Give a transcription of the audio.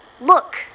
Look